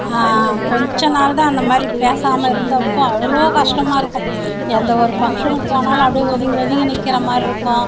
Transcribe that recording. கொஞ்சம் நாள் தான் அந்த மாதிரி பேசாமல் இருந்தப்போது அவ்வளோ கஷ்டமாக இருக்கும் எந்த ஒரு ஃபங்க்ஷனுக்கு போனாலும் அப்டேயே ஒதுங்கி ஒதுங்கி நிற்கிற மாதிரி இருக்கும்